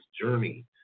journey